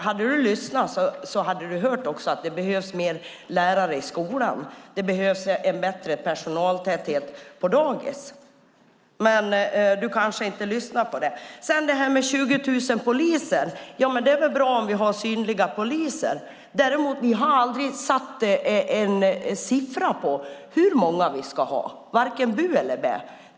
Hade du lyssnat hade du hört att jag också sade att det behövs fler lärare i skolan och att det behövs en större personaltäthet på dagis. Men du kanske inte lyssnade på det. När det gäller detta med 20 000 poliser är det bra att vi har synliga poliser. Vi har aldrig satt en siffra när det gäller hur många vi ska ha - varken bu eller bä.